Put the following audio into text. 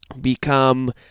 become